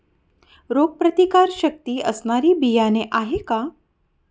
रोगप्रतिकारशक्ती असणारी बियाणे आहे का?